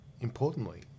importantly